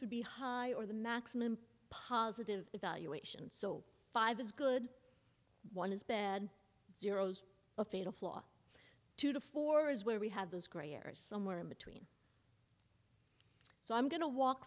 would be high or the maximum positive evaluation so five is good one is bad zeros a fatal flaw two to four is where we have those gray areas somewhere in between so i'm going to walk